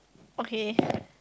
okay